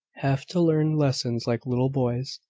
have to learn lessons like little boys,